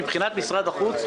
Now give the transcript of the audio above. מבחינת משרד החוץ,